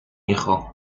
hijo